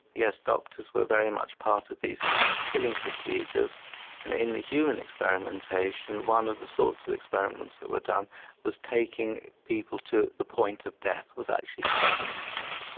yes, doctors were very much part of these killing procedures and in the human experimentation one of the sorts of experiments that were done was taking people to the point of death, was actually studying the point